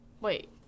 wait